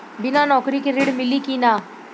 बिना नौकरी के ऋण मिली कि ना?